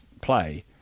play